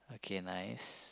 okay nice